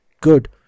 good